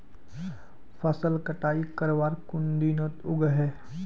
फसल कटाई करवार कुन दिनोत उगैहे?